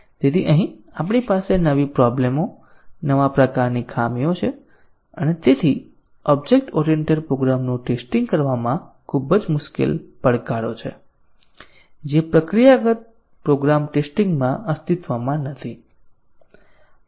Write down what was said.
અહીં આપણી પાસે નવી પ્રોબ્લેમઓ નવા પ્રકારની ખામીઓ છે અને ઓબ્જેક્ટ ઓરિએન્ટેડ પ્રોગ્રામ્સનું ટેસ્ટીંગ કરવામાં ખૂબ જ મુશ્કેલ પડકારો છે જે પ્રક્રિયાગત પ્રોગ્રામ ટેસ્ટીંગ માં અસ્તિત્વમાં નથી